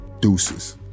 Deuces